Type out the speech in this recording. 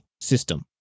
system